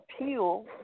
appeal